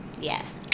Yes